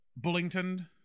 Bullington